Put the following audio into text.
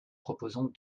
proposons